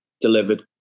delivered